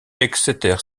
exeter